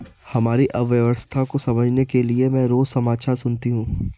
हमारी अर्थव्यवस्था को समझने के लिए मैं रोज समाचार सुनती हूँ